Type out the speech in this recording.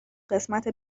قسمت